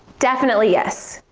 definitely, yes.